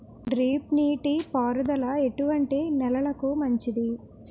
Drip నీటి పారుదల ఎటువంటి నెలలకు మంచిది?